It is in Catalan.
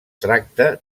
tracta